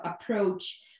approach